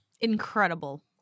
Incredible